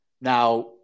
Now